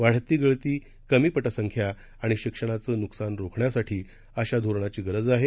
वाढती गळती कमी प संख्या आणि शिक्षणाचं न्कसान रोकण्यासाठी अशा धोरणाची गरज आहे